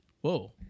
Whoa